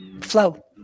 Flow